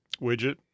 widget